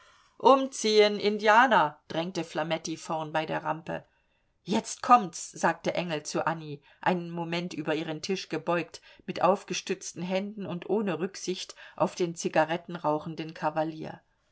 umziehen indianer drängte flametti vorn bei der rampe jetzt kommt's sagte engel zu annie einen moment über ihren tisch gebeugt mit aufgestützten händen und ohne rücksicht auf den zigarettenrauchenden kavalier